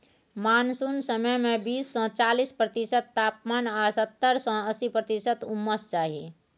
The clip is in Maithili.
मानसुन समय मे बीस सँ चालीस प्रतिशत तापमान आ सत्तर सँ अस्सी प्रतिशत उम्मस चाही